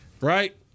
right